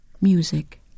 Music